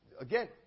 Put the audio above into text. again